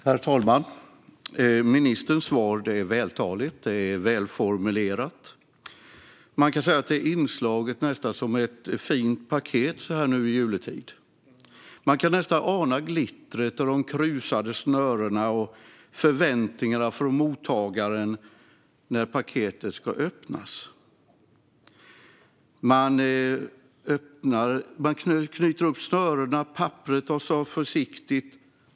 Herr talman! Ministerns svar är vältaligt och välformulerat. Så här i juletid kan man säga att det nästan är inslaget som ett fint paket. Man kan nästan ana glittret och de krusade snörena och förväntningarna från mottagaren när paketet ska öppnas. Man knyter upp snörena. Papperet tas försiktigt av.